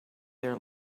their